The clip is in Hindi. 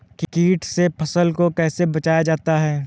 कीट से फसल को कैसे बचाया जाता हैं?